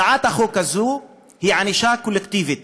הצעת החוק הזאת היא ענישה קולקטיבית